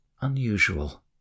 unusual